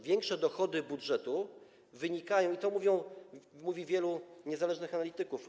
Większe dochody budżetu wynikają, i to mówi wielu niezależnych analityków.